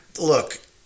look